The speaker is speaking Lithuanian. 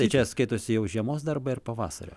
tai čia skaitosi jau žiemos darbai ar pavasario